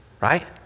right